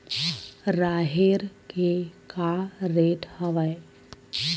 राहेर के का रेट हवय?